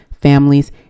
families